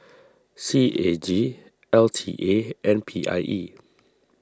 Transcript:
C A G L T A and P I E